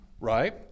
right